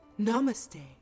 Namaste